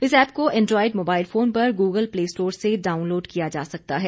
इस ऐप को Android mobile phone पर गूगल प्ले स्टोर से डाउनलोड किया जा सकता है